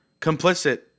complicit